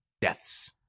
deaths